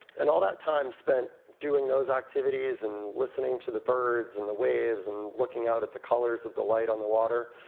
and all that time spent doing those activities, and listening to the birds, and the waves, and looking out at the colors of the light on the water,